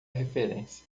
referência